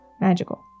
magical